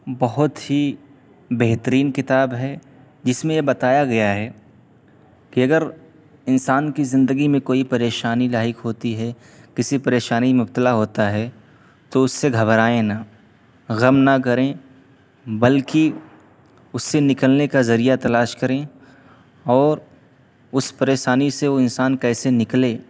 بہت ہی بہترین کتاب ہے جس میں یہ بتایا گیا ہے کہ اگر انسان کی زندگی میں کوئی پریشانی لاحق ہوتی ہے کسی پریشانی میں مبتلا ہوتا ہے تو اس سے گھبرائیں نا غم نہ کریں بلکہ اس سے نکلنے کا ذریعہ تلاش کریں اور اس پریشانی سے وہ انسان کیسے نکلے